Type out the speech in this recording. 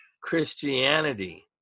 christianity